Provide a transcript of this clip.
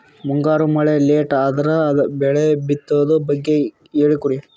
ಮುಂಗಾರು ಮಳೆ ಲೇಟ್ ಅದರ ಬೆಳೆ ಬಿತದು ಬಗ್ಗೆ ಹೇಳಿ ಕೊಡಿ?